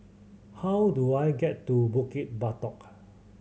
how do I get to Bukit Batok